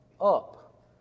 up